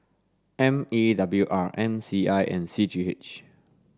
M E W R M C I and C G H